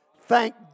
Thank